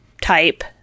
type